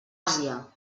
àsia